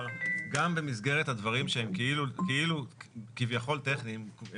גם במסגרת הדברים שהם כביכול טכניים,